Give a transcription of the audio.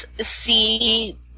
see